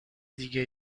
دیگه